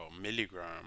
milligram